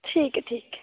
ठीक ऐ ठीक ऐ